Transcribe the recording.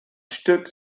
stück